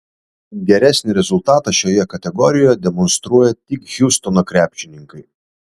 geresnį rezultatą šioje kategorijoje demonstruoja tik hjustono krepšininkai